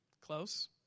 Close